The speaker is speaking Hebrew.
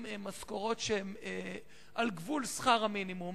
משכורות שהן על גבול שכר המינימום.